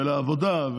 לעבודה,